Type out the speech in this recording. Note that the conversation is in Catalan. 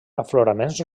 afloraments